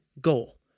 goal